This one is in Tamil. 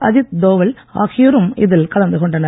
அஜீத் தோவல் ஆகியோரும் இதில் கலந்து கொண்டனர்